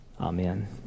Amen